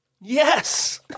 Yes